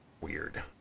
Weird